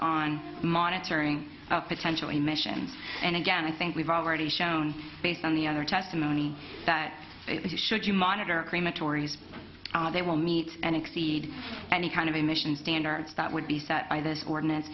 on monitoring of potential emissions and again i think we've already shown based on the other testimony that if you should you monitor crematories they will meet and exceed any kind of emission standards that would be set by this ordinance